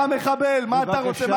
אתה מחבל, מה אתה רוצה?